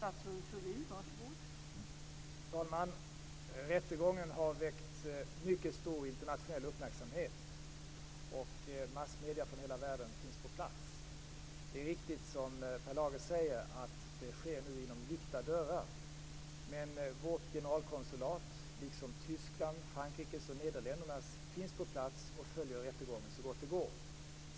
Fru talman! Rättegången har väckt mycket stor internationell uppmärksamhet, och massmedier från hela världen finns på plats. Det är riktigt som Per Lager säger, att detta sker inom lyckta dörrar. Men vårt generalkonsulat, liksom Tysklands, Frankrikes och Nederländernas, finns på plats och följer rättegången så gott det går.